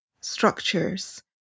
structures